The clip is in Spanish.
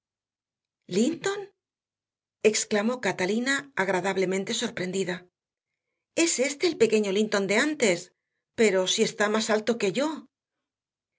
linton exclamó catalina agradablemente sorprendida es éste el pequeño linton de antes pero si está más alto que yo